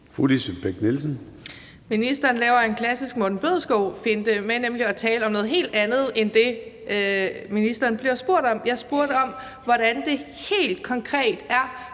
Lisbeth Bech-Nielsen (SF): Ministeren laver en klassisk Morten Bødskov-finte, nemlig at tale om noget helt andet end det, ministeren bliver spurgt om. Jeg spurgte om, hvordan det helt konkret er